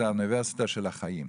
זאת האוניברסיטה של החיים.